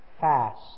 fast